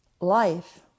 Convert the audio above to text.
life